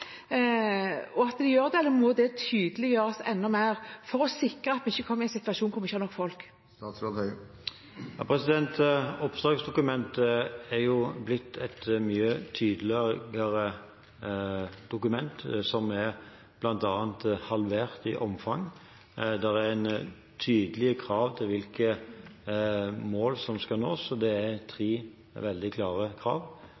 det ansvaret de hele veien har for å sikre å ligge i forkant – for vi får stadig meldinger om at det er for få til å gjøre det – eller må det tydeliggjøres enda mer for å sikre at vi ikke kommer i en situasjon hvor vi ikke har nok folk? Oppdragsdokumentet er blitt et mye tydeligere dokument, som vi bl.a. halverte i omfang. Det er tydelige krav til